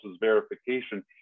verification